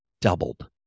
doubled